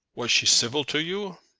was she civil to you?